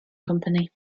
company